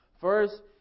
First